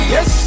Yes